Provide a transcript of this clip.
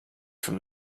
from